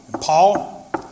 Paul